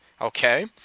Okay